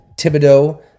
Thibodeau